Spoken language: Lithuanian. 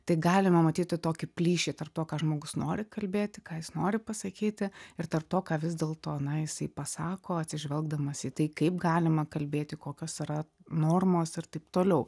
tai galima matyti tokį plyšį tarp to ką žmogus nori kalbėti ką jis nori pasakyti ir tarp to ką vis dėlto na jisai pasako atsižvelgdamas į tai kaip galima kalbėti kokios yra normos ir taip toliau